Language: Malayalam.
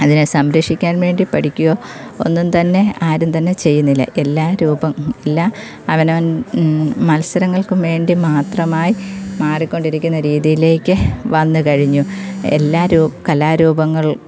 അതിനെ സംരക്ഷിക്കാൻ വേണ്ടി പഠിക്കുകയോ ഒന്നും തന്നെ ആരും തന്നെ ചെയ്യുന്നില്ല എല്ലാം രൂപം എല്ലാ അവനവൻ മത്സരങ്ങൾക്ക് വേണ്ടി മാത്രമായി മാറിക്കൊണ്ടിരിക്കുന്ന രീതിയിലേക്ക് വന്നുകഴിഞ്ഞു എല്ലാ രൂ കലാരൂപങ്ങൾ